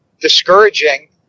discouraging